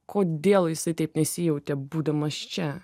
kodėl jisai taip nesijautė būdamas čia